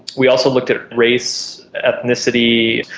we also looked at race, ethnicity.